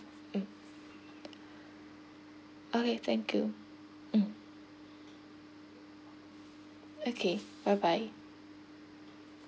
mm okay thank you mm okay bye bye